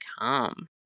come